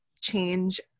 change